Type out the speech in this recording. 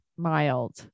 Mild